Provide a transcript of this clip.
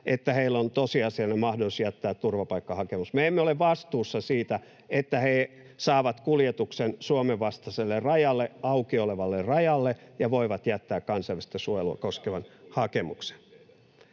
että heillä on tosiasiallinen mahdollisuus jättää turvapaikkahakemus. Me emme ole vastuussa siitä, että he saavat kuljetuksen Suomen vastaiselle rajalle, auki olevalle rajalle, ja voivat jättää kansainvälistä suojelua koskevan hakemuksen.